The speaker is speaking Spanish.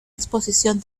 exposición